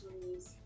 news